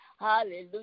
Hallelujah